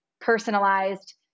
personalized